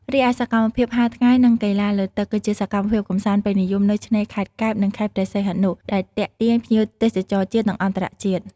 រីឯសកម្មភាពហាលថ្ងៃ និង កីឡាលើទឹក គឺជាសកម្មភាពកម្សាន្តពេញនិយមនៅឆ្នេរខេត្តកែប និងខេត្តព្រះសីហនុ ដែលទាក់ទាញភ្ញៀវទេសចរជាតិ និងអន្តរជាតិ។